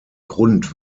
grund